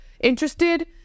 interested